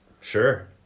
Sure